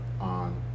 on